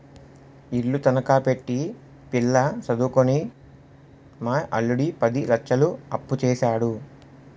ఇల్లు తనఖా పెట్టి పిల్ల సదువుకని మా అల్లుడు పది లచ్చలు అప్పుసేసాడు